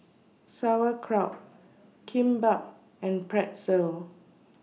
Sauerkraut Kimbap and Pretzel